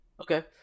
Okay